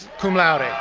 cum laude.